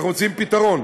אנחנו מציעים פתרון.